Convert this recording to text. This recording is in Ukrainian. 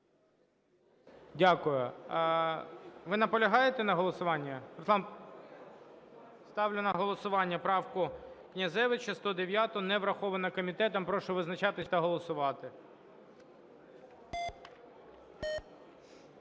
Дякую. Ви наполягаєте на голосуванні, Руслан? Ставлю на голосування правку Князевича 109-у, не врахована комітетом. Прошу визначатись та голосувати.